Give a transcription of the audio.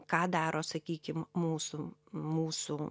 ką daro sakykim mūsų mūsų